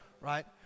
Right